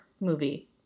movie